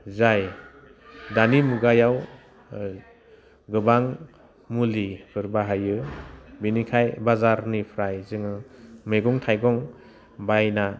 जाय दानि मुगायाव गोबां मुलिफोर बाहायो बेनिखायनो बाजारनिफ्राय जोङो मैगं थाइगं बायना